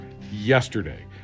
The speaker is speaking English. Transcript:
yesterday